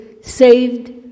saved